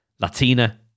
Latina